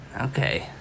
Okay